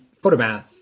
photomath